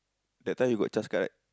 that time you got C_H_A_S card